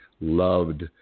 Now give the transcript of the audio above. loved